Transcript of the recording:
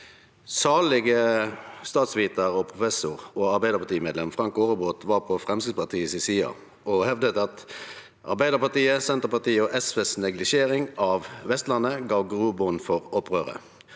Salige statsvitar, professor og Arbeidarparti-medlem Frank Aarebrot var på Framstegspartiet si side og hevda at Arbeidarpartiet, Senterpartiet og SV si neglisjering av Vestlandet gav grobotn for opprøret,